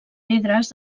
pedres